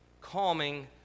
calming